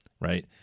right